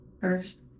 first